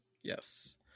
yes